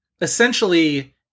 essentially